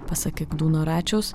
pasakė egdūno račiaus